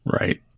Right